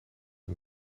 een